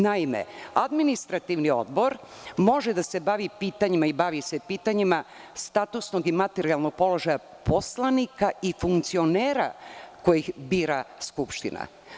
Naime, Administrativni odbor može da se bavi pitanjima i bavi se pitanjima statusnog i materijalnog položaja poslanika i funkcionera koje bira Skupština.